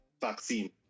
vaccine